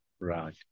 Right